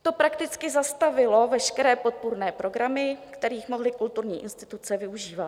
To prakticky zastavilo veškeré podpůrné programy, kterých mohly kulturní instituce využívat.